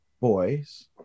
boys